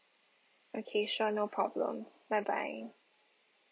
okay sure no problem bye bye